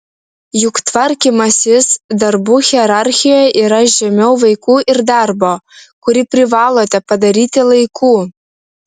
juk tvarkymasis darbų hierarchijoje yra žemiau vaikų ir darbo kurį privalote padaryti laiku